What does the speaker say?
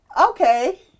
okay